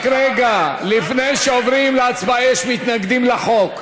רק רגע, לפני שעוברים להצבעה, יש מתנגדים לחוק.